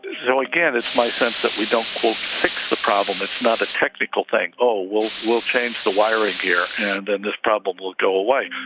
so again it's my sense that we don't quote fix the problem it's not a technical thing. oh well we'll change the wiring here and then this problem will go away.